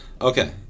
okay